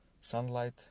sunlight